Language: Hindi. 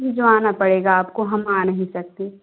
भिजवाना पड़ेगा आपको हम आ नहीं सकते